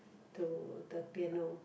to the piano